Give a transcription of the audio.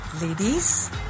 ladies